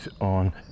on